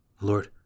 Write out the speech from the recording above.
Lord